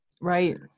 Right